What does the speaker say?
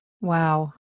Wow